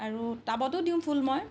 আৰু টাবতো দিওঁ ফুল মই